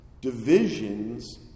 divisions